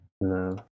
No